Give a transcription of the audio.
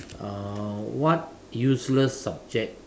uh what useless subject